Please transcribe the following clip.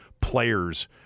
players